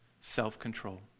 self-control